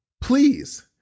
please